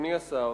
אדוני השר,